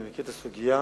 אני מכיר את הסוגיה.